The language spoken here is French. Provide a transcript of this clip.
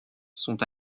sont